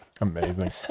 amazing